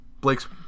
Blake's